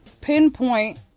pinpoint